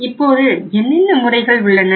இப்போது என்னென்ன முறைகள் உள்ளன